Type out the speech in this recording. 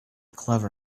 clever